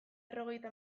berrogeita